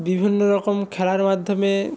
বিভিন্ন রকম খেলার মাধ্যমে